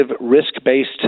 risk-based